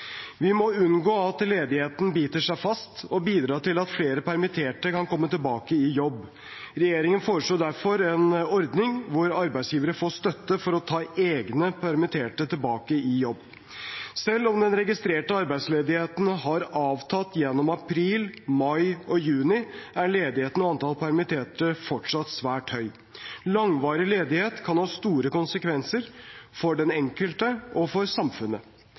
Vi må unngå at ledigheten biter seg fast og bidra til at flere permitterte kan komme tilbake i jobb. Regjeringen foreslår derfor en ordning hvor arbeidsgivere får støtte for å ta egne permitterte tilbake i jobb. Selv om den registrerte arbeidsledigheten har avtatt gjennom april, mai og juni, er ledigheten høy og antallet permitterte fortsatt svært høyt. Langvarig ledighet kan ha store konsekvenser, for den enkelte og for samfunnet.